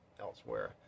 elsewhere